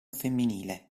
femminile